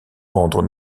rendre